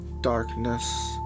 Darkness